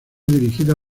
dirigida